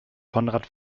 konrad